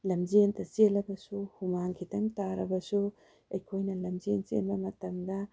ꯂꯝꯖꯦꯟꯗ ꯆꯦꯜꯂꯒꯁꯨ ꯍꯨꯃꯥꯡ ꯈꯤꯇꯪ ꯇꯥꯔꯕꯁꯨ ꯑꯩꯈꯣꯏꯅ ꯂꯝꯖꯦꯟ ꯆꯦꯟꯕ ꯃꯇꯝꯗ